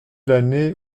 l’année